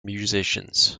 musicians